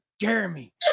Jeremy